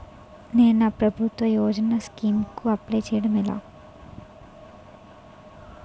నేను నా ప్రభుత్వ యోజన స్కీం కు అప్లై చేయడం ఎలా?